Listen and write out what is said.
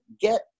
get